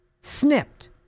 snipped